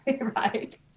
Right